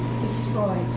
destroyed